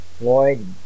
Lloyd